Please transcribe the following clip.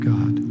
God